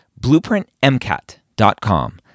BlueprintMCAT.com